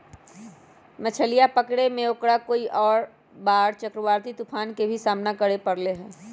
मछलीया पकड़े में ओकरा कई बार चक्रवाती तूफान के भी सामना करे पड़ले है